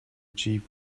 achieve